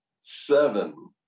Seven